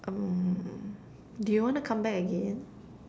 um do you wanna come back again